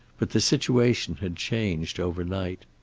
but the situation had changed over night.